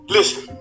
Listen